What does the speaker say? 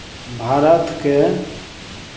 भारतके